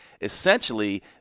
essentially